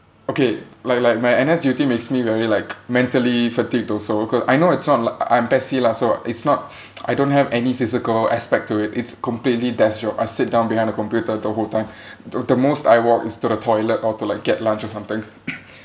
okay like like my N_S duty makes me very like mentally fatigued also co~ I know it's not like I'm PES C lah so it's not I don't have any physical aspect to it it's completely desk job I sit down behind a computer the whole time the the most I walk is to the toilet or to like get lunch or something